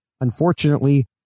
Unfortunately